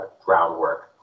groundwork